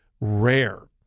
rare